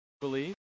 believe